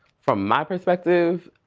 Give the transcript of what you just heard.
from my perspective,